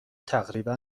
تقریبا